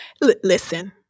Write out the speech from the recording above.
listen